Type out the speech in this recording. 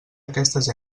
aquestes